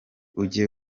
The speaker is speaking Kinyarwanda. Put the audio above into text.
ujye